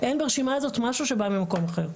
אין ברשימה הזאת משהו שבא ממקום אחר.